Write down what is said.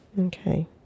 Okay